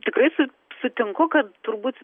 tikrai su sutinku kad turbūt